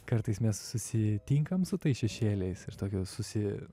kartais mes susitinkam su tais šešėliais ir tokio susi